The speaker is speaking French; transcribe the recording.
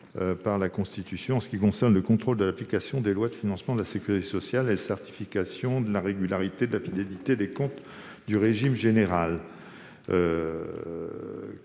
de la Constitution en ce qui concerne le contrôle de l'application des lois de financement de la sécurité sociale et la certification de la régularité et de la fidélité des comptes du régime général.